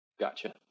Gotcha